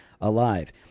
alive